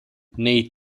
nei